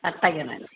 అట్లాగేనండి